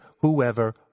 whoever